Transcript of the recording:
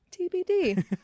TBD